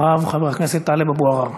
ואחריו, חבר הכנסת טלב אבו עראר.